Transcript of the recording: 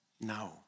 No